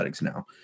now